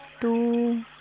two